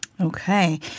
Okay